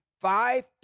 five